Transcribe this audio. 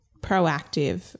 proactive